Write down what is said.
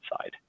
side